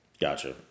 Gotcha